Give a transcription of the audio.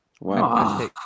Wow